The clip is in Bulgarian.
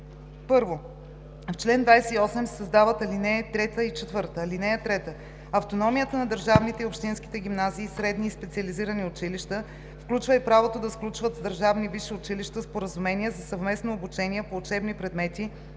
1. В чл. 28 се създават ал. 3 и 4: „(3) Автономията на държавните и общинските гимназии, средни и специализирани училища включва и правото да сключват с държавни висши училища споразумения за съвместно обучение по учебни предмети